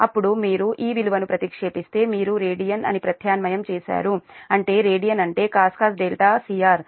అప్పుడు మీరు ఈ విలువను ప్రతిక్షెపిస్తారు మీరు రేడియన్ అని ప్రత్యామ్నాయం చేశారు అంటే రేడియన్ అంటే cos cr 0